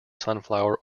sunflower